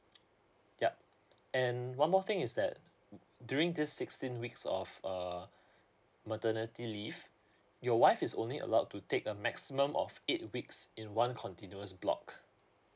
yup and one more thing is that during this sixteen weeks of uh maternity leave your wife is only allowed to take a maximum of eight weeks in one continuous block